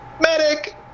Medic